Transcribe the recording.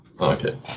Okay